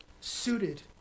suited